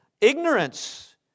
ignorance